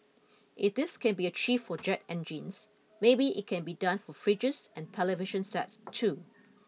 if this can be achieved for jet engines maybe it can be done for fridges and television sets too